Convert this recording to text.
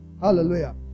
hallelujah